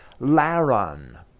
Laron